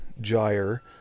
Gyre